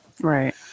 Right